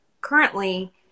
currently